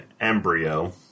embryo